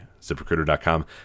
ZipRecruiter.com